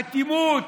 אטימות.